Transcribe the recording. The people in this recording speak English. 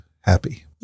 happy